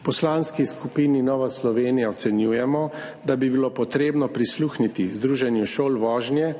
V Poslanski skupini Nova Slovenija ocenjujemo, da bi bilo treba prisluhniti Združenju šol vožnje